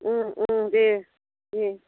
उम उम दे दे